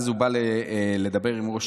אז הוא בא לדבר עם ראש